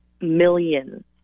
millions